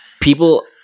people